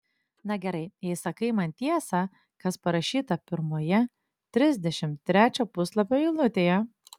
na gerai jei sakai man tiesą kas parašyta pirmoje trisdešimt trečio puslapio eilutėje